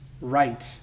right